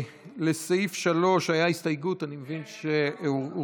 לסעיף 3 הייתה הסתייגות, אני מבין שהורדה.